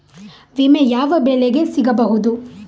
ವಿಮೆ ಯಾವ ಬೆಳೆಗೆ ಸಿಗಬಹುದು?